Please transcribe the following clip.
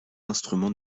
instrument